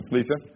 Lisa